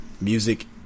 music